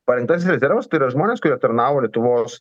parengtasis rezervas tai yra žmonės kurie tarnavo lietuvos